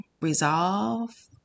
resolve